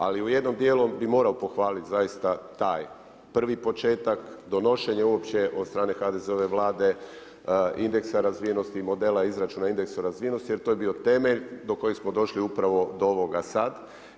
Ali u jednom dijelu bih morao pohvaliti zaista taj prvi početak, donošenje uopće od strane HDZ-ove Vlade indeksa razvijenosti i modela izračuna indeksa razvijenosti jer to je bio temelj do kojeg smo došli upravo do ovoga sad.